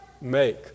make